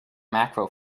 macro